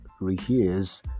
rehears